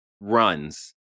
runs